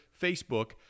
Facebook